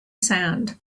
sand